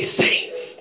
saints